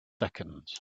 seconds